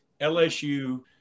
LSU